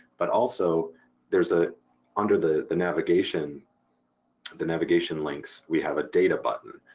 but also there's ah under the the navigation the navigation links we have a data button,